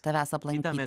tavęs aplankyti